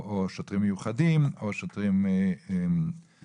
או שוטרים מיוחדים או שוטרים אחרים.